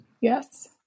Yes